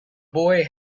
boy